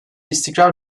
istikrar